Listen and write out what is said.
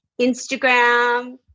Instagram